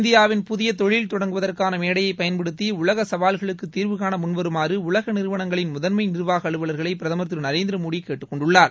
இந்தியாவின் புதிய தொழில் தொடங்குவதற்கான மேடையைப் பயன்படுத்தி உலக சவால்களுக்கு தீர்வுகாண முன்வருமாறு உலக நிறுவனங்களின் முதன்மை நிர்வாக அலுவலர்களை பிரதமர் நரேந்திர மோடி கேட்டுக்கொண்டுள்ளார்